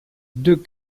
deux